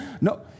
no